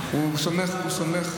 אבל הוא נתן לנו נאום,